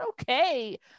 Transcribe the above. okay